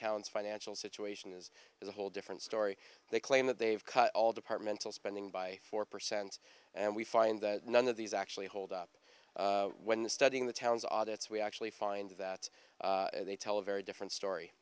town's financial situation is is a whole different story they claim that they've cut all departmental spending by four percent and we find that none of these actually hold up when the studying the town's audits we actually find that they tell a very different story